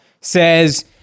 says